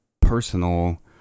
personal